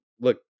look